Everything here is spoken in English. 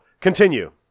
Continue